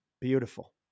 beautiful